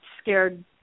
scared